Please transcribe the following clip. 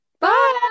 Bye